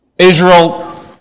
Israel